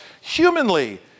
humanly